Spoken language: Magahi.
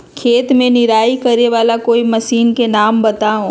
खेत मे निराई करे वाला कोई मशीन के नाम बताऊ?